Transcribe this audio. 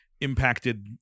impacted